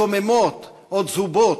מקוממות או צהובות,